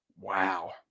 Wow